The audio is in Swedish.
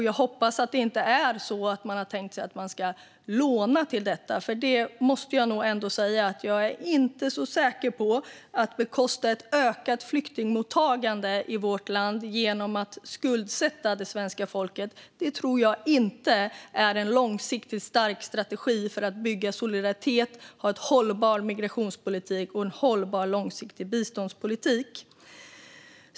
Jag hoppas att man inte har tänkt sig att man ska låna till detta, för att bekosta ett ökat flyktingmottagande i vårt land genom att skuldsätta det svenska folket tror jag inte är en långsiktigt stark strategi för att bygga solidaritet och ha en hållbar migrationspolitik och en hållbar långsiktig biståndspolitik.